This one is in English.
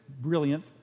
brilliant